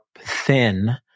thin